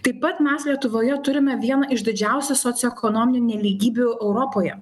taip pat mes lietuvoje turime vieną iš didžiausių socioekonominių nelygybių europoje